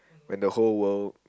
when the whole world